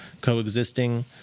coexisting